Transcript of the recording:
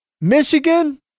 Michigan